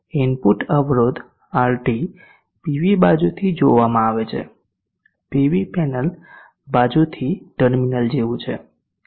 input અવરોધ RT PV બાજુથી જોવામાં આવે છે પીવી પેનલ બાજુથી ટર્મિનલ જેવું છે